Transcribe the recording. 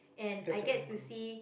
that's your end goal